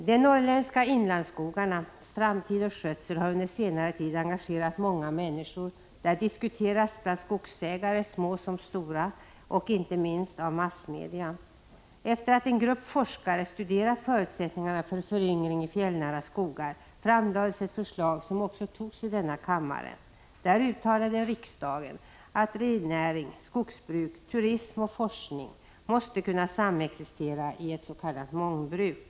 De norrländska inlandsskogarnas framtid och skötsel har under senare år engagerat många människor och diskuterats bland skogsägare, små som stora, och inte minst av massmedia. Efter att en grupp forskare studerat — Prot. 1985/86:118 förutsättningarna för föryngring i fjällnära skogar framlades ett förslag, som 16 april 1986 också antogs i denna kammare. Däri uttalade riksdagen att rennäring, Fördblulsdep ae skogsbruk, turism och forskning måste kunna samexistera i ett s.k. OTO ufSaCperee mentets budgetmångbruk.